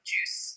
Juice